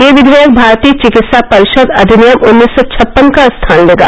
यह विधेयक भारतीय चिकित्सा परिषद अधिनियम उन्नीस सौ छप्पन का स्थान लेगा